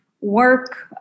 work